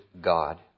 God